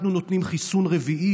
אנחנו גם נותנים חיסון רביעי.